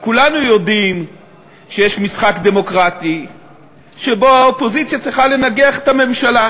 כולנו יודעים שיש משחק דמוקרטי שבו האופוזיציה צריכה לנגח את הממשלה,